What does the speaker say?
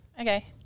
okay